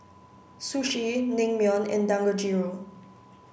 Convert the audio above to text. Sushi Naengmyeon and Dangojiru